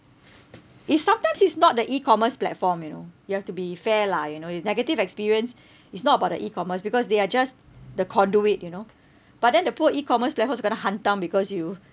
it's sometimes it's not the E-commerce platform you know you have to be fair lah you know uh negative experience it's not about the E-commerce because they are just the conduit you know but then the poor E-commerce platform also kena hantam because you